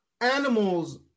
animals